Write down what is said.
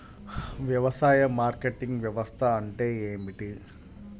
వ్యవసాయ మార్కెటింగ్ వ్యవస్థ అంటే ఏమిటి?